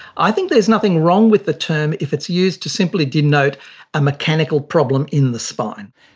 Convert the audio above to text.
i think there's nothing wrong with the term if it's used to simply denote a mechanical problem in the spine.